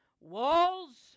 Walls